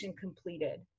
completed